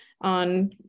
on